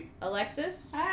Alexis